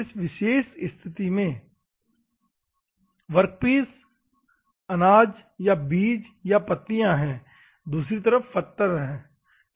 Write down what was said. इस विशेष स्तिथि में वर्कपीस अनाज या बीज या पत्तियां है दूसरी तरफ पत्थर है